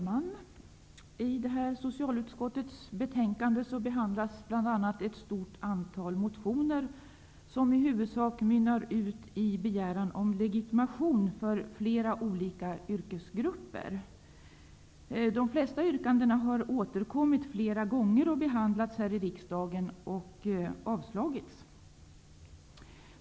Herr talman! I detta betänkande från socialutskottet behandlas bl.a. ett stort antal motioner som i huvudsak mynnar ut i en begäran om legitimation för flera olika yrkesgrupper. De flesta yrkandena har återkommit flera gånger och behandlats här i riksdagen och avslagits.